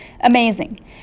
Amazing